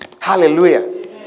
Hallelujah